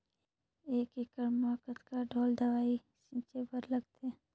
एक एकड़ म कतका ढोल दवई छीचे बर लगथे?